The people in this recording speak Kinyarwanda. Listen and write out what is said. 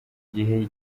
gihe